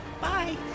bye